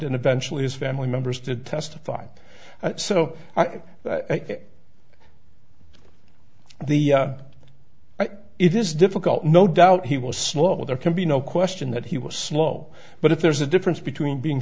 and eventually his family members did testify so i think the it is difficult no doubt he was slow there can be no question that he was slow but if there's a difference between being